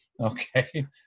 Okay